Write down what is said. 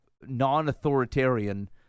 non-authoritarian